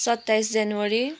सत्ताइस जनवरी